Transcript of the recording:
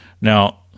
Now